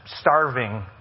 starving